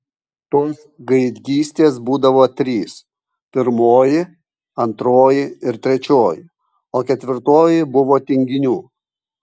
tos gaidgystės būdavo trys pirmoji antroji ir trečioji o ketvirtoji buvo tinginių